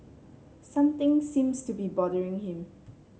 something seems to be bothering him